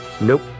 Nope